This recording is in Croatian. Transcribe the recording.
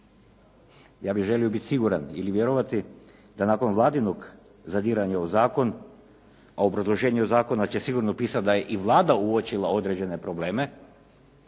Ja bih želio biti siguran ili vjerovati da nakon Vladinog zadiranja u zakon a u obrazloženju zakona će sigurno pisati da je i Vlada uočila određene probleme,